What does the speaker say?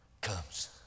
comes